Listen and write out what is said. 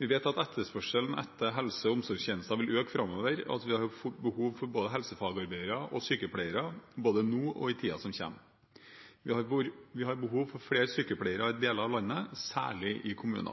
Vi vet at etterspørselen etter helse- og omsorgstjenester vil øke framover, og at vi har behov for både helsefagarbeidere og sykepleiere, både nå og i tiden som kommer. Vi har behov for flere sykepleiere i deler av landet, særlig i kommunene.